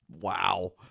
Wow